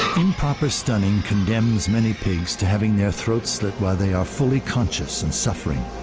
inproper stunning condemnes many pigs to having their throats slit while they are fully conscious and suffering.